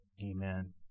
Amen